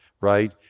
right